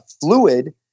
fluid